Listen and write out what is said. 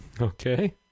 Okay